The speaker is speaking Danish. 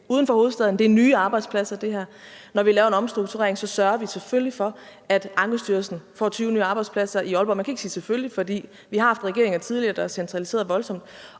uden for hovedstaden. Det er nye arbejdspladser. Når vi laver en omstrukturering, sørger vi selvfølgelig for, at Ankestyrelsen får 20 nye arbejdspladser i Aalborg. Man kan ikke sige selvfølgelig, for vi har haft regeringer tidligere, der har centraliseret voldsomt,